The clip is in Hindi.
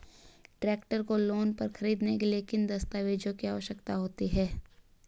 ट्रैक्टर को लोंन पर खरीदने के लिए किन दस्तावेज़ों की आवश्यकता होती है?